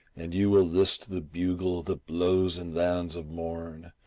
and you will list the bugle that blows in lands of morn,